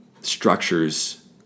structures